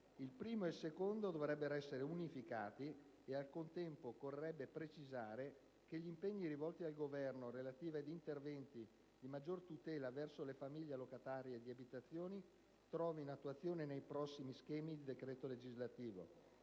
Il primo e il secondo punto dovrebbero essere unificati, e al contempo occorrerebbe precisare che gli impegni indicati al Governo relativi ad interventi di maggior tutela verso le famiglie locatarie di abitazioni dovranno trovare attuazione nei prossimi schemi di decreto legislativo.